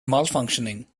malfunctioning